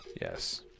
Yes